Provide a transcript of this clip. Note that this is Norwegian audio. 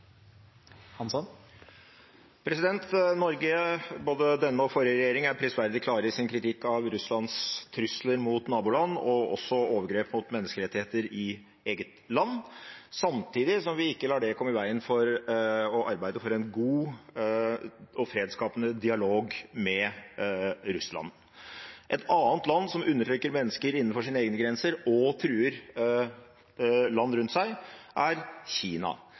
Norge, både denne og forrige regjering, er prisverdig klar i sin kritikk av Russlands trusler mot naboland og også overgrep mot menneskerettigheter i eget land, samtidig som vi ikke lar det komme i veien for å arbeide for en god og fredsskapende dialog med Russland. Et annet land som undertrykker mennesker innenfor sine egne grenser og truer land rundt seg, er Kina,